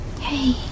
Hey